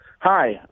Hi